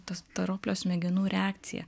tas ta roplio smegenų reakcija